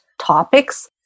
topics